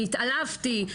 אני התעלפתי,